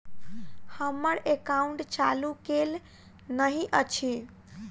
हम्मर एकाउंट चालू केल नहि अछि?